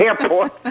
airport